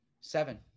seven